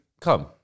come